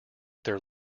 their